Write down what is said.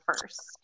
first